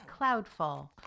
Cloudfall